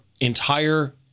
entire